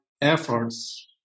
efforts